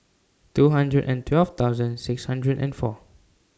two hundred and twelve thousand six hundred and four